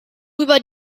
über